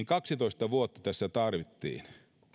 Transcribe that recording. kaksitoista vuotta tässä tarvittiin